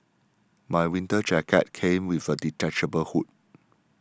my winter jacket came with a detachable hood